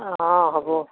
অ হ'ব